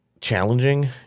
Challenging